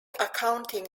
accounting